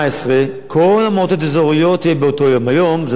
היום זה 2012, לא כולם, חלק מהם לא,